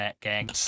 gang